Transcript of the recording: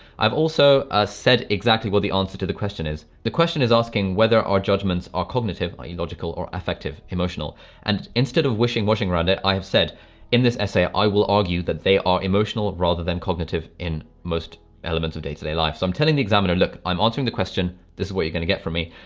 i've also ah said exactly what the answer to the question is. the question is asking whether our judgments are cognitive, biological, or affective emotional and instead of wishingwatching around it, i have said in this essay, i will argue that they are emotional rather than cognitive in most elements of day-to-day life. so i'm telling the examiner, look, i'm answering the question, this is what you're gonna get from me.